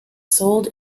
sold